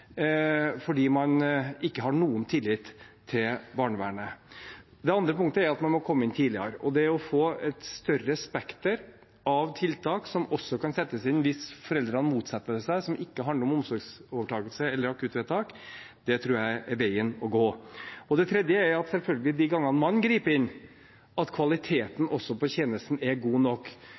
fordi de ikke har noen tillit til barnevernet. Det andre punktet er at man må komme inn tidligere, og det å få et større spekter av tiltak som også kan settes inn hvis foreldrene motsetter seg det, som ikke handler om omsorgsovertakelse eller akuttvedtak, tror jeg er veien å gå. Det tredje er selvfølgelig at de gangene man griper inn, må kvaliteten på tjenesten være god nok.